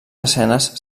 escenes